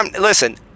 Listen